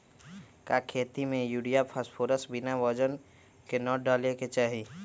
का खेती में यूरिया फास्फोरस बिना वजन के न डाले के चाहि?